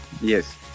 Yes